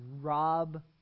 rob